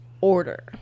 order